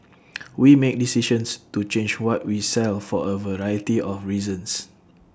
we make decisions to change what we sell for A variety of reasons